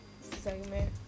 segment